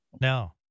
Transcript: No